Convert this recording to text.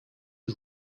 les